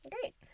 Great